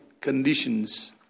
conditions